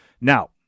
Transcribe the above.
Now